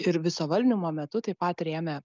ir viso valdymo metu taip pat rėmė